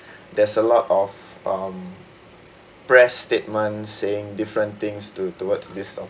there's a lot of um press statement saying different things to towards this topic